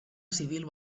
civil